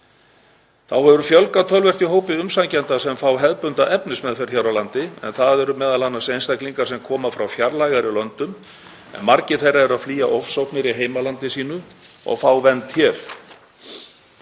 Þá hefur fjölgað töluvert í hópi umsækjenda sem fá hefðbundna efnismeðferð hér landi en það eru m.a. einstaklingar sem koma frá fjarlægari löndum en margir þeirra eru að flýja ofsóknir í heimalandi sínu og fá hér